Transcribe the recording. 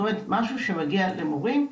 משהו שמגיע למורים,